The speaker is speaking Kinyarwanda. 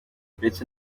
uretse